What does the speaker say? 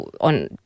on